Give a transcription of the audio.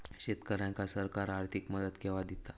शेतकऱ्यांका सरकार आर्थिक मदत केवा दिता?